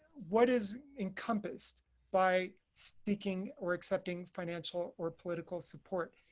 what is encompassed by sticking or accepting financial or political support.